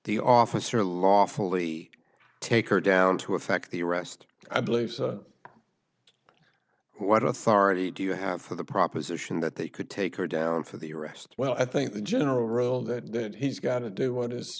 the officer lawfully take her down to affect the arrest i believe what authority do you have for the proposition that they could take her down for the rest well i think the general rule that he's got to do what is